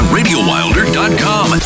RadioWilder.com